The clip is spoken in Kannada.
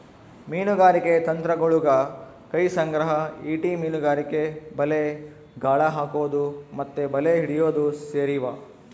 ಮೀನುಗಾರಿಕೆ ತಂತ್ರಗುಳಗ ಕೈ ಸಂಗ್ರಹ, ಈಟಿ ಮೀನುಗಾರಿಕೆ, ಬಲೆ, ಗಾಳ ಹಾಕೊದು ಮತ್ತೆ ಬಲೆ ಹಿಡಿಯೊದು ಸೇರಿವ